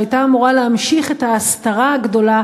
שהייתה אמורה להמשיך את ההסתרה הגדולה